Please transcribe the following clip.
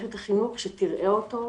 למערכת החינוך שתראה אותו,